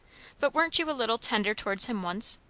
but weren't you a little tender towards him once?